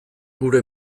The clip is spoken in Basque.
gure